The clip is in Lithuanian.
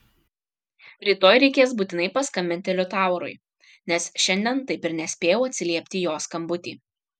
rytoj reikės būtinai paskambinti liutaurui nes šiandien taip ir nespėjau atsiliepti į jo skambutį